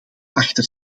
achter